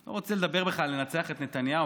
לא רוצה לדבר בכלל על לנצח את נתניהו,